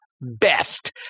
best